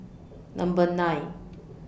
Number nine